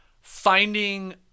finding